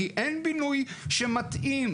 כי אין בינוי שמתאים.